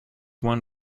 one